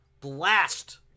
blast